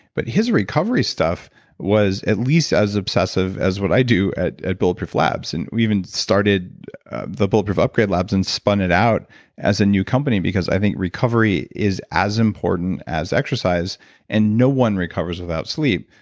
but his recovery stuff was at least as obsessive as what i do at at bulletproof labs. and we even started the bulletproof upgrade labs and spun it out as a new company because i think recovery is as important as exercise and no one recovers without sleep.